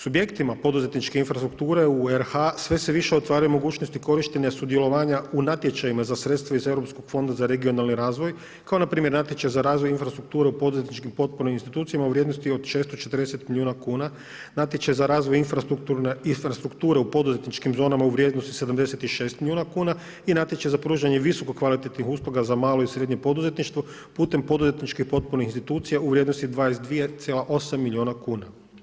Subjektima poduzetničke infrastrukture u RH sve se više otvaraju mogućnosti korištenja sudjelovanja u natječajima za sredstva iz Europskog fonda za regionalni razvoja kao npr. natječaj za razvoj infrastrukture u poduzetničkim … [[Govornik prebrzo čita, ne razumije se.]] u vrijednosti od 640 milijuna kuna, natječaj za razvoj infrastrukture u poduzetničkim zonama u vrijednosti 76 milijuna kuna i natječaj za pružanje visokokvalitetnih usluga za malo i srednje poduzetništvo putem poduzetničke … institucije u vrijednosti 22,8 milijuna kuna.